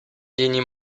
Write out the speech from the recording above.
linii